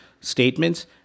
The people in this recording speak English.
statements